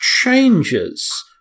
changes